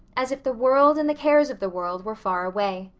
as if the world and the cares of the world were far away.